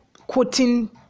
quoting